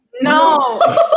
No